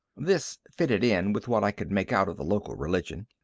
this fitted in with what i could make out of the local religion.